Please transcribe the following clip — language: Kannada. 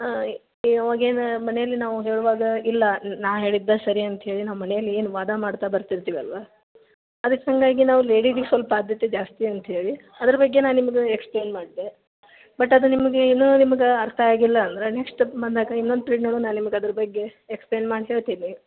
ಹಾಂ ಇವಾಗೇನು ಮೆನೇಲಿ ನಾವು ಹೇಳುವಾಗ ಇಲ್ಲ ನಾ ಹೇಳಿದ್ದೇ ಸರಿ ಅಂತೇಳಿ ನಾವು ಮನೇಲಿ ಏನು ವಾದ ಮಾಡ್ತ ಬರ್ತೀತಿವಿ ಅಲ್ಲವಾ ಅದಕ್ಕೆ ಹಾಗಾಗಿ ನಾವು ಲೇಡಿಸಿಗೆ ಸ್ವಲ್ಪ ಆದ್ಯತೆ ಜಾಸ್ತಿ ಅಂತೇಳಿ ಅದ್ರ ಬಗ್ಗೆ ನಾ ನಿಮ್ಗೆ ಎಕ್ಸ್ಪ್ಲೇನ್ ಮಾಡ್ತೆ ಬಟ್ ಅದು ನಿಮಗೆ ಇನ್ನು ನಿಮ್ಗೆ ಅರ್ಥ ಆಗಿಲ್ಲ ಅಂದ್ರೆ ನೆಕ್ಸ್ಟ್ ಸ್ಟೆಪ್ ಬಂದಾಗ ಇನ್ನೊಂದು ಟ್ರೈನ್ ಒಳಗೆ ನಿಮ್ಗೆ ಅದ್ರ ಬಗ್ಗೆ ಎಕ್ಸ್ಪ್ಲೇನ್ ಮಾಡಿ ಹೇಳ್ತಿನಿ